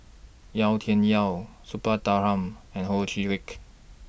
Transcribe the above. Yau Tian Yau Suppiah Dhanabalan and Ho Chee Lick